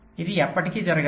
ఇది ఎప్పటికీ జరగదు